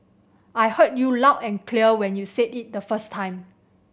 I heard you loud and clear when you said it the first time